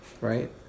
Right